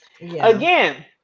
again